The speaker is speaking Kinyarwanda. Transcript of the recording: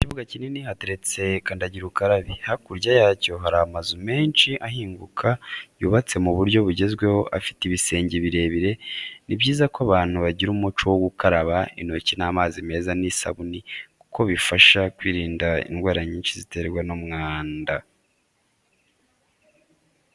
Mu kibuga kinini hateretse kandagira ukarabe, hakurya yacyo hari amazu menshi ahinguka yubatse mu buryo bugezweho afite ibisenge birebire, ni byiza ko abantu bagira umuco wo gukaraba intoki n'amazi meza n'isabuni kuko bifasha mu kwirinda indwara nyinshi ziterwa n'umwanda.